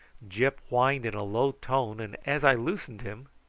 gyp whined in a low tone, and as i loosened him,